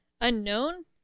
Unknown